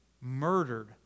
murdered